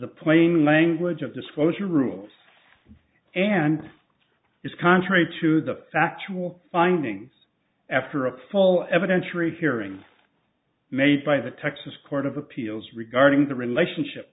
the plain language of disclosure rules and is contrary to the factual findings after a full evidence or a hearing made by the texas court of appeals regarding the relationship